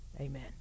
Amen